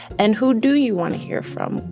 and who do you want to hear from?